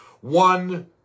one